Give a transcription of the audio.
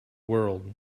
world